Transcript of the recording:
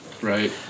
Right